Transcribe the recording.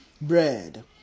bread